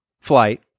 flight